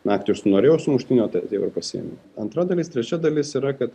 naktį užsinorėjau sumuštinio tai atqjau ir pasiėmiau antra dalis trečia dalis yra kad